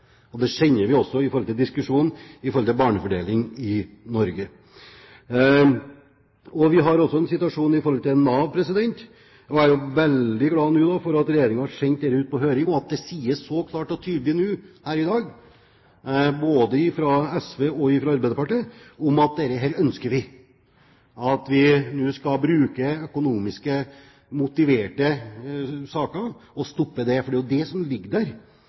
Det kjenner vi også til i tilknytning til diskusjonen om barnefordeling i Norge. Vi har også en situasjon i forhold til Nav. Jeg er veldig glad for at Regjeringen nå har sendt dette på høring, og at det sies så klart og tydelig her i dag, både fra SV og Arbeiderpartiet, at dette ønsker vi, at vi nå skal bruke økonomisk motiverte saker og stoppe det, for det er jo det som ligger